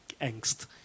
angst